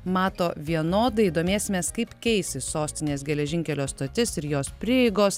mato vienodai domėsimės kaip keisis sostinės geležinkelio stotis ir jos prieigos